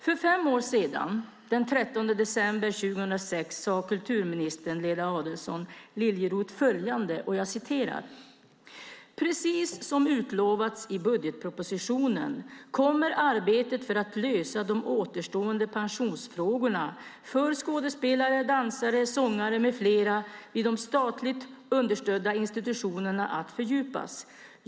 För fem år sedan, den 13 december 2006, sade kulturminister Lena Adelsohn Liljeroth följande: "Precis som utlovats i budgetpropositionen kommer arbetet för att lösa de återstående pensionsfrågorna för skådespelare, dansare, sångare med flera vid de statligt understödda institutionerna att fördjupas.